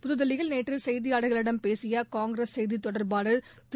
புதுதில்லியில் நேற்று செய்தியாளர்களிடம் பேசிய காங்கிரஸ் செய்தித் தொடர்பாளர் திரு